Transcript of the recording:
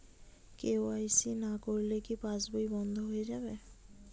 KYC না করলে কি পাশবই বন্ধ হয়ে যাবে?